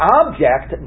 object